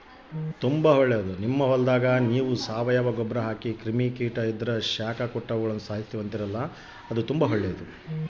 ನಮ್ ಹೊಲದಾಗ ನಾವು ಸಾವಯವ ಗೊಬ್ರ ಹಾಕಿ ಕ್ರಿಮಿ ಕೀಟ ಇದ್ರ ಶಾಖ ಕೊಟ್ಟು ಅವುಗುಳನ ಸಾಯಿಸ್ತೀವಿ